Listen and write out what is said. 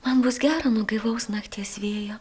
man bus gera nuo gaivaus nakties vėjo